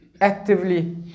actively